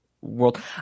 world